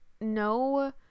no